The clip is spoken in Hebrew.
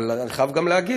אבל אני חייב גם להגיד,